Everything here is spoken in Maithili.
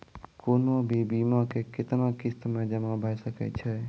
कोनो भी बीमा के कितना किस्त मे जमा भाय सके छै?